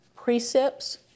precepts